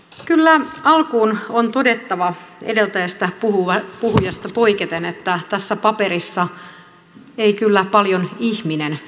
kyllä alkuun on todettava edeltävästä puhujasta poiketen että tässä paperissa ei kyllä paljon ihminen näy